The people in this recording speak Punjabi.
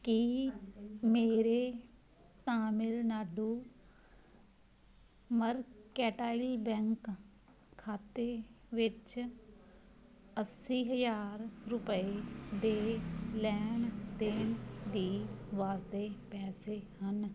ਕੀ ਮੇਰੇ ਤਾਮਿਲਨਾਡੂ ਮਰਕੈਟਾਈਲ ਬੈਂਕ ਖਾਤੇ ਵਿੱਚ ਅੱਸੀ ਹਜ਼ਾਰ ਰੁਪਏ ਦੇ ਲੈਣ ਦੇਣ ਦੀ ਵਾਸਤੇ ਪੈਸੇ ਹਨ